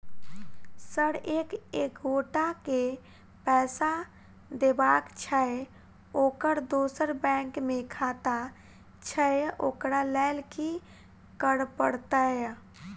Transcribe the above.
Sir एक एगोटा केँ पैसा देबाक छैय ओकर दोसर बैंक मे खाता छैय ओकरा लैल की करपरतैय?